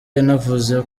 yanavuze